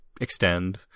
extend